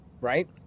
right